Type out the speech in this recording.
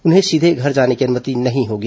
उन्हें सीधे घर जाने की अनुमति नहीं होगी